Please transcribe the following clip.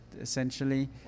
essentially